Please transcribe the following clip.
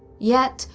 yet,